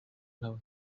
nawe